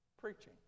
preaching